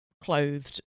clothed